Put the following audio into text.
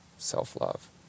self-love